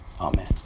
amen